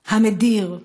המדיר,